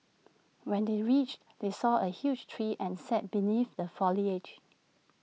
when they reached they saw A huge tree and sat beneath the foliage